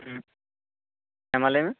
ᱦᱮᱸ ᱢᱟ ᱞᱟ ᱭᱢᱮ